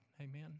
Amen